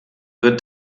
wird